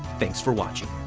thanks for watching.